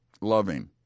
loving